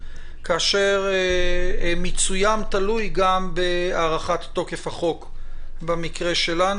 כאשר מיצוים תלוי גם בהארכת תוקף החוק במקרה שלנו.